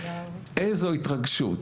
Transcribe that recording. איזו התרגשות,